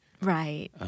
Right